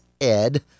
ed